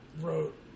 wrote